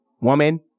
woman